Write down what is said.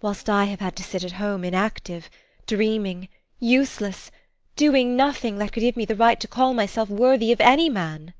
whilst i have had to sit at home inactive dreaming useless doing nothing that could give me the right to call myself worthy of any man.